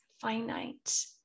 finite